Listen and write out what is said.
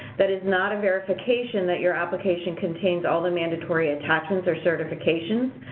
that is not a verification that your application contains all the mandatory attachments or certifications.